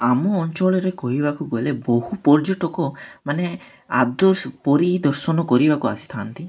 ଆମ ଅଞ୍ଚଳରେ କହିବାକୁ ଗଲେ ବହୁ ପର୍ଯ୍ୟଟକ ମାନେ ଆଦର୍ଶ ପରିଦର୍ଶନ କରିବାକୁ ଆସିଥାନ୍ତି